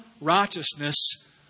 righteousness